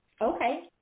Okay